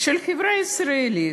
של החברה הישראלית,